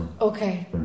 Okay